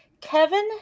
Kevin